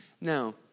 Now